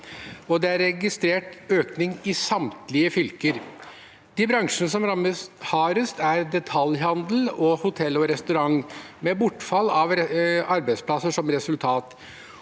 det er registrert en økning i samtlige fylker. De bransjene som rammes hardest, er detaljhandel og hotell- og restaurantbransjen, med bortfall av arbeidsplasser som resultat.